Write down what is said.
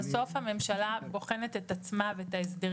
בסוף הממשלה בוחנת את עצמה ואת ההסברים